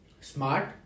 smart